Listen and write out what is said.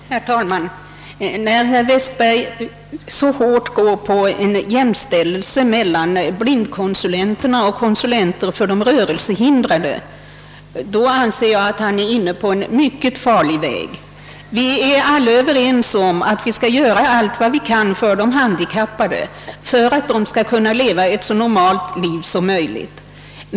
Herr talman! När herr Westberg så hårt driver principen, att det skall vara jämställdhet när det gäller blindkonsulenterna och konsulenter för rörelsehindrade, anser jag att han är inne på en mycket farlig väg. Vi är alla överens om att vi skall göra allt vad vi kan för att de handikappade skall kunna leva ett så normalt liv som möjligt.